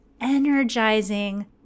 energizing